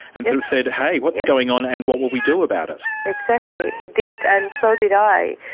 and so said hey, what's going on and what will we do about it? exactly. he did, and so did i.